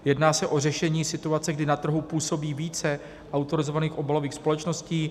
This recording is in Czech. Jedná se o řešení situace, kdy na trhu působí více autorizovaných obalových společností.